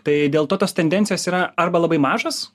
tai dėl to tos tendencijos yra arba labai mažos